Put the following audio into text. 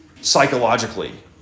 psychologically